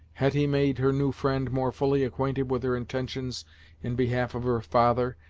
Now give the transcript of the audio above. hetty made her new friend more fully acquainted with her intentions in behalf of her father,